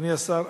אדוני השר,